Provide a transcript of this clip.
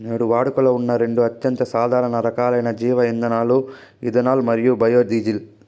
నేడు వాడుకలో ఉన్న రెండు అత్యంత సాధారణ రకాలైన జీవ ఇంధనాలు ఇథనాల్ మరియు బయోడీజిల్